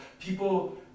People